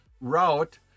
route